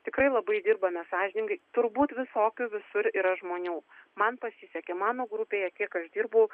tikrai labai dirbame sąžiningai turbūt visokių visur yra žmonių man pasisekė mano grupėje kiek aš dirbu